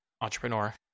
entrepreneur